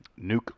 Nuke